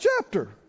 chapter